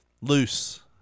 loose